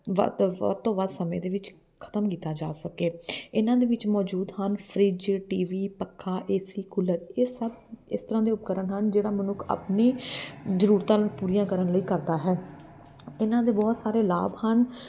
ਵੱਧ ਤੋਂ ਵੱਧ ਸਮੇਂ ਦੇ ਵਿੱਚ ਖ਼ਤਮ ਕੀਤਾ ਜਾ ਸਕੇ ਇਹਨਾਂ ਦੇ ਵਿੱਚ ਮੌਜੂਦ ਹਨ ਫਰਿੱਜ਼ ਟੀ ਵੀ ਪੱਖਾ ਏ ਸੀ ਕੂਲਰ ਇਹ ਸਭ ਇਸ ਤਰ੍ਹਾਂ ਦੇ ਉਪਕਰਨ ਹਨ ਜਿਹੜਾ ਮਨੁੱਖ ਆਪਣੀ ਜ਼ਰੂਰਤਾਂ ਪੂਰੀਆਂ ਕਰਨ ਲਈ ਕਰਦਾ ਹੈ ਇਹਨਾਂ ਦੇ ਬਹੁਤ ਸਾਰੇ ਲਾਭ ਹਨ